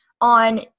on